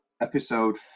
episode